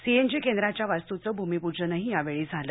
CNG केंद्राच्या वास्तूचं भूमीप्जनही यावेळी झालं